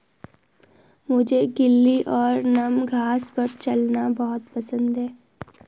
मुझे गीली और नम घास पर चलना बहुत पसंद है